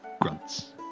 grunts